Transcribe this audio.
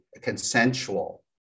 consensual